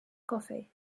coffee